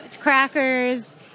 crackers